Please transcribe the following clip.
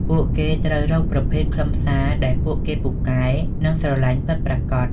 ពួកគេត្រូវរកប្រភេទខ្លឹមសារដែលពួកគេពូកែនិងស្រលាញ់ពិតប្រាកដ។